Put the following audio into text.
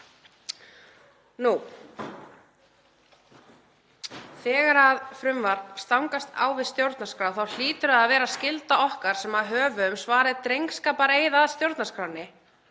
Þegar frumvarp stangast á við stjórnarskrá hlýtur það að vera skylda okkar, sem höfum svarið drengskapareið að stjórnarskránni,